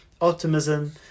optimism